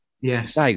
yes